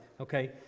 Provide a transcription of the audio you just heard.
okay